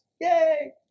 Yay